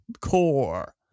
Core